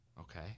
okay